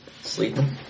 Sleeping